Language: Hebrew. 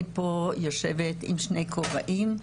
אני פה יושבת בשני כובעים: